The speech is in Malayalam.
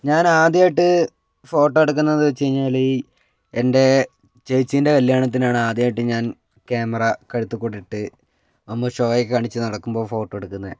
ഞാൻ ആദ്യമായിട്ട് ഫോട്ടോ എടുക്കുന്നത് വച്ചു കഴിഞ്ഞാൽ എൻ്റെ ചേച്ചിൻ്റെ കല്യാണത്തിനാണ് ആദ്യമായിട്ട് ഞാൻ ക്യാമറ കഴുത്തിൽ കൂടിയിട്ട് വമ്പന് ഷോയൊക്കെ കാണിച്ചു നടക്കുമ്പോൾ ഫോട്ടോ എടുക്കുന്നത്